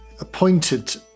appointed